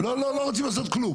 לא רוצים לעשות כלום.